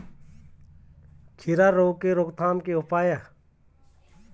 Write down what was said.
खीरा रोग के रोकथाम के उपाय?